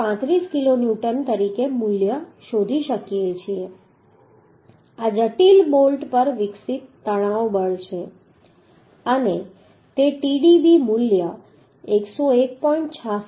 35 kilonewton તરીકે મૂલ્ય શોધી શકીએ છીએ આ જટિલ બોલ્ટ પર વિકસિત તણાવ બળ છે અને તે Tdb મૂલ્ય 101